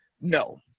No